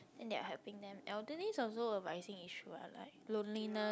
and they are helping them elderly is also a rising issue what like loneliness